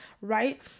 right